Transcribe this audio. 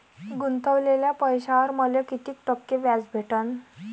गुतवलेल्या पैशावर मले कितीक टक्के व्याज भेटन?